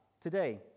today